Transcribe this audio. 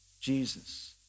Jesus